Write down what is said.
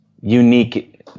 unique